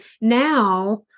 now